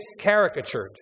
caricatured